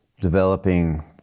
developing